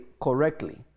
correctly